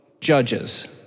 Judges